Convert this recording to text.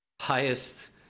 highest